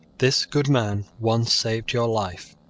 this good man once saved your life.